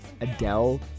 Adele